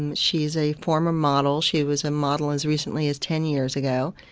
and she's a former model she was a model as recently as ten years ago.